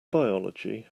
biology